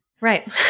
right